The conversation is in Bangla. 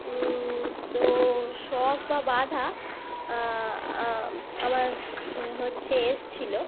তো শখ বা বাধা আমার হচ্ছে এসেছিলো